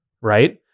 right